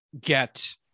get